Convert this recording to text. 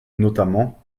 notamment